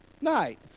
night